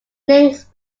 links